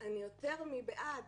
אני יותר מבעד